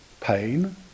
pain